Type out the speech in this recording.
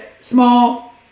small